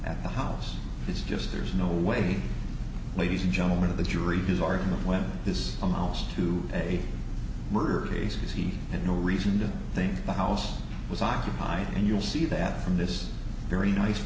at the house it's just there's no way ladies and gentlemen of the jury these are in the when this amounts to a murder cases he had no reason to think the house was occupied and you'll see that from this very nice